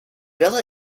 villa